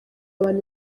abantu